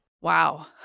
Wow